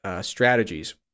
strategies